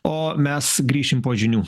o mes grįšim po žinių